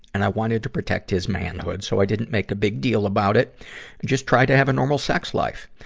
and i wanted to protect his manhood, so i didn't make a big deal about it and just tried to have a normal sex life.